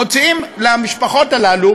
מוציאים למשפחות האלה